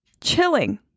chilling